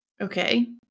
Okay